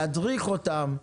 להדריך אותם,